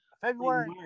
February